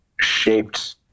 shaped